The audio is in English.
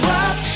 up